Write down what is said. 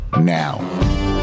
now